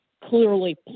clearly